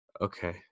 Okay